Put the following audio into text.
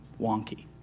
wonky